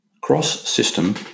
Cross-system